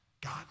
God